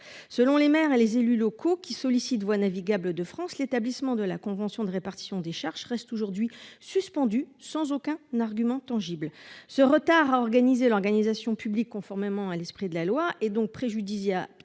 selon les maires et les élus locaux qui sollicitent Voies navigables de France, l'établissement de la convention de répartition des charges reste aujourd'hui suspendu sans aucun argument tangible ce retard à organiser l'organisation publique conformément à l'esprit de la loi et donc préjudice